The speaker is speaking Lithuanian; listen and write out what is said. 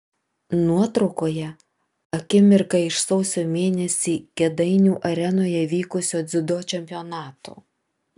nuotraukoje akimirka iš sausio mėnesį kėdainių arenoje vykusio dziudo čempionato